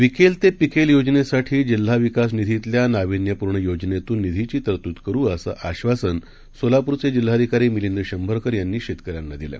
विकेलतेपिकेलयोजनेसाठीजिल्हाविकासनिधीतल्यानाविन्यपूर्णयोजनेमधूननिधीचीतरतूदकरु असंआश्वासनसोलापूरचेजिल्हाधिकारीमिलिंदशंभरकरयांनीशेतकऱ्यांनाआजदिलं